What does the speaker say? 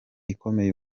ikomeye